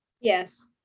Yes